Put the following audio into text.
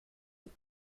und